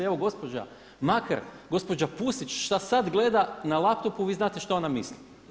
Evo gospođa Makar, gospođa Pusić šta sad gleda na laptopu vi znate šta ona misli.